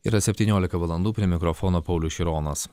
yra septyniolika valandų prie mikrofono paulius šironas